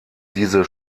diese